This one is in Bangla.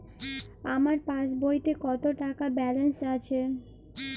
আমার পাসবইতে কত টাকা ব্যালান্স আছে?